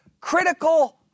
Critical